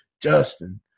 Justin